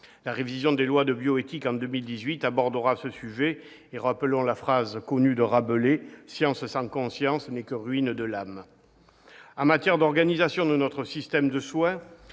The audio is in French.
La révision des lois de bioéthique en 2018 abordera ce sujet. Comme l'écrivait déjà Rabelais, « science sans conscience n'est que ruine de l'âme ».